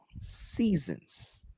seasons